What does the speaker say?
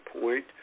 point